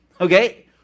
Okay